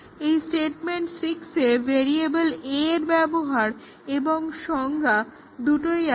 এই স্টেটমেন্ট 6 এ variable a এর ব্যবহার এবং সংজ্ঞা দুটোই আছে